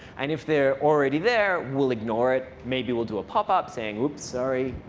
and if they're already there, we'll ignore it. maybe we'll do a pop-up saying, oops, sorry.